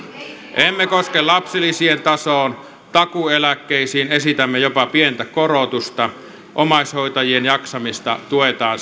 emme koske lapsilisien tasoon takuueläkkeisiin esitämme jopa pientä korotusta omaishoitajien jaksamista tuetaan